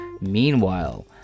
Meanwhile